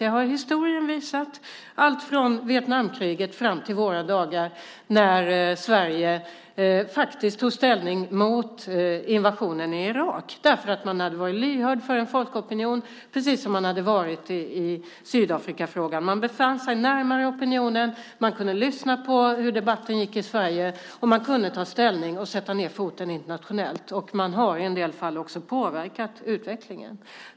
Det har historien visat alltifrån Vietnamkriget fram till våra dagar när Sverige faktiskt tog ställning mot invasionen i Irak därför att man hade varit lyhörd för en folkopinion, precis som man hade varit i Sydafrikafrågan. Man befann sig närmare opinionen, man kunde lyssna på hur debatten gick i Sverige, man kunde ta ställning och sätta ned foten internationellt och man har en i del fall också påverkat utvecklingen.